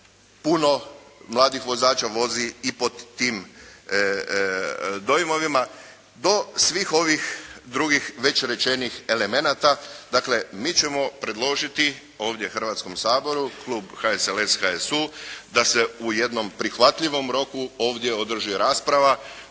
Puno mladih vozača vozi i pod tim dojmovima, do svih ovih drugih već rečenih elemenata. Dakle, mi ćemo predložiti ovdje Hrvatskom saboru klub HSLS, HSU da se u jednom prihvatljivom roku ovdje održi rasprava